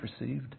received